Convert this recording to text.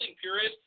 purist